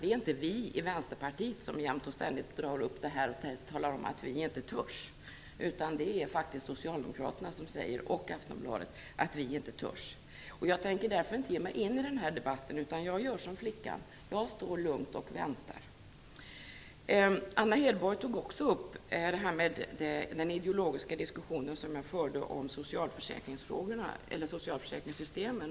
Det är inte vi i Vänsterpartiet som jämt och ständigt tar upp det här och talar om att vi inte törs, utan det är faktiskt socialdemokraterna och Aftonbladet som säger att vi inte törs. Jag tänker därför inte ge mig in i den debatten, utan jag gör som flickan; jag står lugnt och väntar. Anna Hedborg tog också upp den ideologiska diskussionen som jag förde om socialförsäkringssystemen.